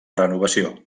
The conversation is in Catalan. renovació